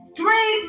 three